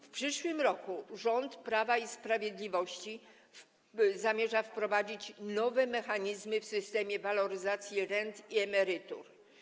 W przyszłym roku rząd Prawa i Sprawiedliwości zamierza wprowadzić nowe mechanizmy w systemie waloryzacji rent i emerytur.